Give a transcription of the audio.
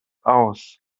aus